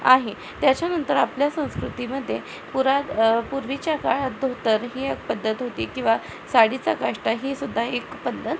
आहे त्याच्यानंतर आपल्या संस्कृतीमध्ये पुरा पूर्वीच्या काळात धोतर ही एक पद्धत होती किंवा साडीचा काष्टा ही सुद्धा एक पद्धत